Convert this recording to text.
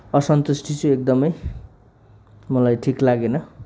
असन्तुष्ट छु एकदमै मलाई ठिक लागेन